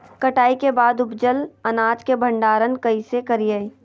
कटाई के बाद उपजल अनाज के भंडारण कइसे करियई?